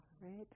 right